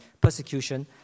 persecution